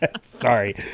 sorry